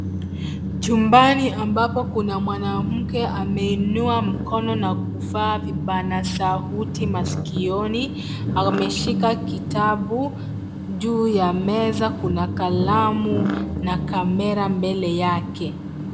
Chumbani ambapo kuna mwanamke ameinua mkono na kuvaa vibana sauti masikioni, ameshika kitabu. Juu ya meza kuna kalamu na kamera mbele yake.